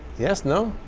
yes? no?